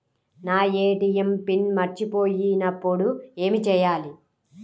నా ATM PIN మర్చిపోయినప్పుడు ఏమి చేయాలి?